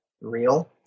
real